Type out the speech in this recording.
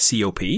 COP